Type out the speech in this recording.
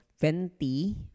venti